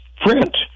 print